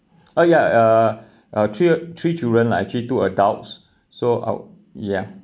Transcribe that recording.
oh ya uh three three children lah actually two adults so I'll ya